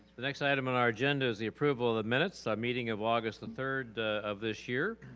the next item in our agenda is the approval of minutes, our meeting of august the third of this year.